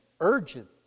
urgent